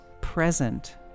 present